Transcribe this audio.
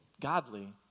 godly